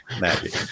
magic